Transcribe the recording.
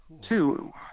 Two